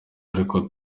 ariko